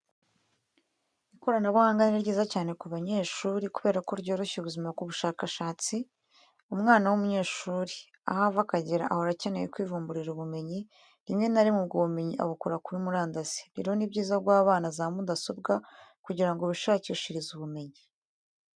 Ikoranabuhanga ni ryiza cyane ku banyeshuri kubera ko ryoroshya ubuzima bw'ubushakashatsi, umwana w'umunyeshuri, aho ava akagera ahora akeneye kwivumburira ubumenyi, rimwe na rimwe ubwo bumenyi abukura kuri murandasi, rero ni byiza guha abana za mudasobwa kugira bishakishirize ubumenyi.